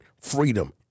Freedom